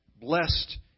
Blessed